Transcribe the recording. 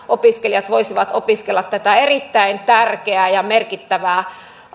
opiskelijat voisivat opiskella tätä erittäin tärkeää ja merkittävää